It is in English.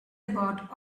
about